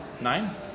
Nine